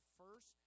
first